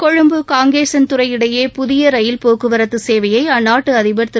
கொழும்பு காங்கேசன்துறை இடையே புதிய ரயில் போக்குவரத்து சேவையை அந்நாட்டு அதிபர் திரு